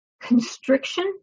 constriction